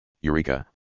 Eureka